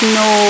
no